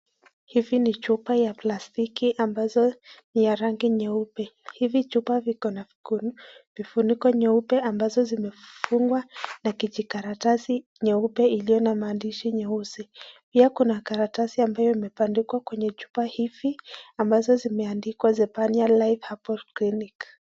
Hizi ni chupa ya plastiki ambazo ni ya rangi nyeupe. Hizi chupa ziko na vifuniko nyeupe ambazo zimefungwa na kijikaratasi nyeupe iliyo na maandishi nyeusi. Pia kuna karatasi ambayo imebandikwa kwenye chupa hizi ambazo zimeandikwa Zepharia Life Herbal Clinic.